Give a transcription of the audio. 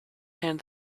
hand